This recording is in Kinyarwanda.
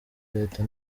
leta